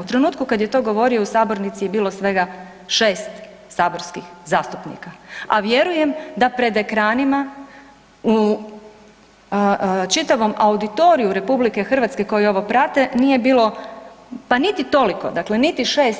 U trenutku kad je to govorio u sabornici je bilo svega 6 saborskih zastupnika, a vjerujem da pred ekranima u čitavom auditoriju RH koji ovo prate nije bilo, pa niti toliko, dakle niti 6